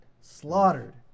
Slaughtered